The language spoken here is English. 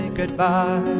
goodbye